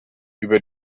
über